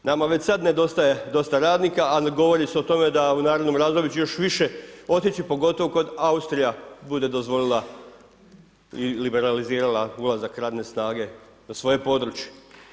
Nama već sada nedostaje dosta radnika, a govori se o tome da u narednom razdoblju će još više otići, pogotovo kad Austrija bude dozvolila i liberalizirala ulazak radne snage na svoje područje.